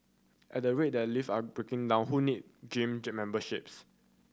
at the rate that lift are breaking down who need gym memberships